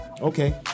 Okay